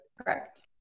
correct